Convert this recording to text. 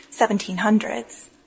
1700s